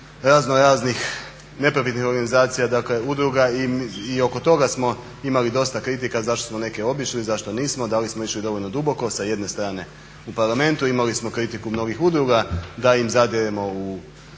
raznoraznih neprofitnih organizacija, dakle udruga. I oko toga smo imali dosta kritika zašto smo neke obišli, zašto nismo, da li smo išli dovoljno duboko? Sa jedne strane u Parlamentu imali smo kritiku mnogih udruga da im zadiremo u